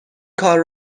کار